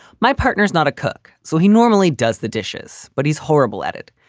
my partner is not a cook, so he normally does the dishes, but he's horrible at it.